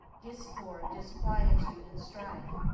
discord, disquietude and strife.